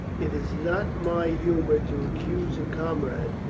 it is not my humor to accuse a comrade,